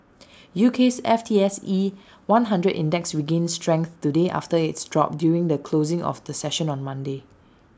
U K's F T S E one hundred index regained strength today after its drop during the closing of the session on Monday